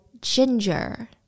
ginger